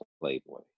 Playboy